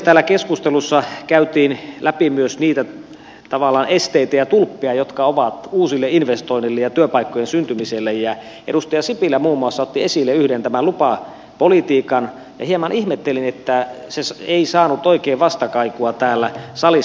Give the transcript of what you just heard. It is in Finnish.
täällä keskustelussa käytiin läpi myös niitä tavallaan esteitä ja tulppia joita on uusille investoinneille ja työpaikkojen syntymiselle ja edustaja sipilä muun muassa otti esille yhden tämän lupapolitiikan ja hieman ihmettelin että se ei saanut oikein vastakaikua täällä salissa